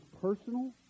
personal